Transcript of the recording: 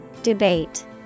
Debate